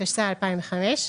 התשס"ה- 2005,